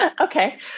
Okay